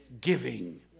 giving